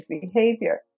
behavior